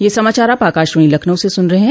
ब्रे क यह समाचार आप आकाशवाणी लखनऊ से सुन रहे हैं